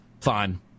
fine